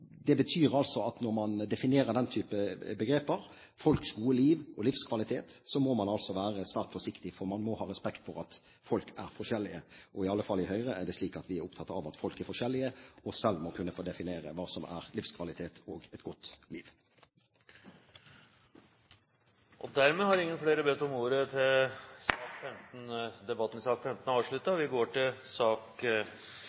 Det betyr at når man definerer den type begreper – folks gode liv og livskvalitet – må man være svært forsiktig, for man må ha respekt for at folk er forskjellige. I Høyre er det i alle fall slik at vi er opptatt av at folk er forskjellige og selv må kunne få definere hva som er livskvalitet og et godt liv. Flere har ikke bedt om ordet til sak nr. 15.